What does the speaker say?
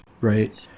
right